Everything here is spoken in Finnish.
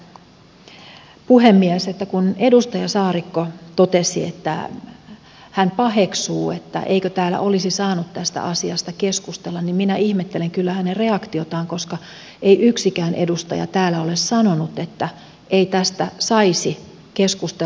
vielä toteaisin että kun edustaja saarikko totesi että hän paheksuu eikö täällä olisi saanut tästä asiasta keskustella niin minä ihmettelen kyllä hänen reaktiotaan koska ei yksikään edustaja täällä ole sanonut että ei tästä saisi keskustella